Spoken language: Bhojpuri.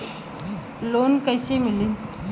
लोन कईसे मिली?